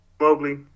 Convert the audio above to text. Mowgli